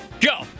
go